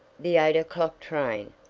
the eight o'clock train,